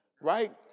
right